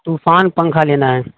طوفان پنکھا لینا ہے